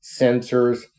sensors